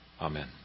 Amen